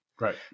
Right